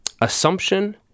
assumption